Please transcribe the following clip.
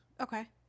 Okay